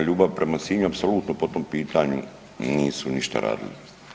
Ljubav prema Sinju apsolutno po tom pitanju nisu ništa radili.